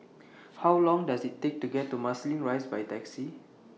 How Long Does IT Take to get to Marsiling Rise By Taxi